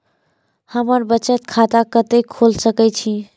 हम बचत खाता कते खोल सके छी?